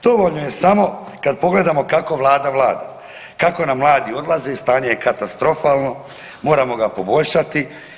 Dovoljno je samo kad pogledamo kako Vlada vlada, kako nam mladi odlaze, stanje je katastrofalno, moramo ga poboljšati.